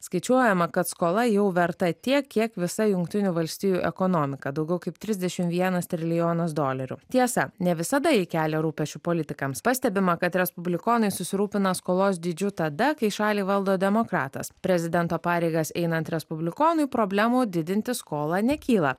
skaičiuojama kad skola jau verta tiek kiek visa jungtinių valstijų ekonomika daugiau kaip trisdešim vienas trilijonas dolerių tiesa ne visada ji kelia rūpesčių politikams pastebima kad respublikonai susirūpina skolos dydžiu tada kai šalį valdo demokratas prezidento pareigas einant respublikonui problemų didinti skolą nekyla